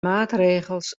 maatregels